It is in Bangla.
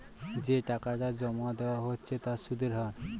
যে টাকাটা জমা দেওয়া হচ্ছে তার সুদের হার